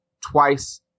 twice